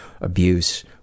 abuse